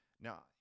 Now